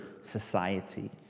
society